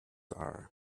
are